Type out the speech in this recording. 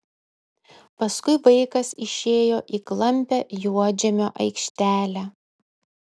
paskui vaikas išėjo į klampią juodžemio aikštelę